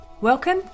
Welcome